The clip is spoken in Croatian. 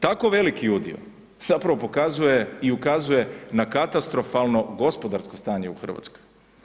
Tako veliki udio zapravo pokazuje i ukazuje na katastrofalno gospodarsko stanje u Hrvatskoj.